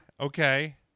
okay